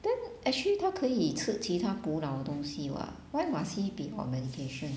then actually 他可以吃其他补脑的东西 what why must he be on medication